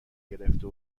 گرفته